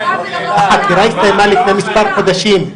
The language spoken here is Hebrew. החקירה הסתיימה לפני מספר חודשים.